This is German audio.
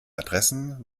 adressen